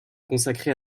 consacrer